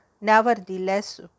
nevertheless